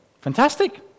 fantastic